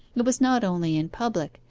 it was not only in public,